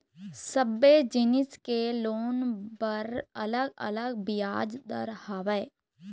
सबे जिनिस के लोन बर अलग अलग बियाज दर हवय